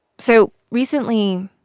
so recently,